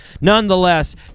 Nonetheless